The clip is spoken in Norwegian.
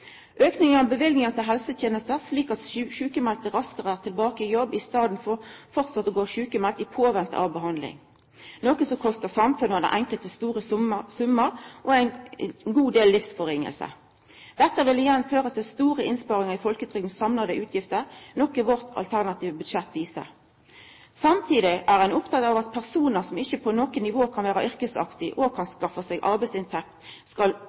form av auking i innsatsen til «Raskere tilbake»-prosjektet – og har auka løyvingar til helsetenester, slik at sjukmelde er raskare tilbake i jobb, i staden for framleis å gå sjukmelde i påvente av behandling, noko som kostar samfunnet og den enkelte store summar og ein god del livssvekking. Dette vil igjen føra til store innsparingar i folketrygda sine samla utgifter, noko som vårt alternative budsjett viser. Samtidig er ein oppteken av at personar som ikkje på noko nivå kan vera yrkesaktive og kan skaffa seg